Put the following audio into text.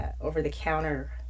over-the-counter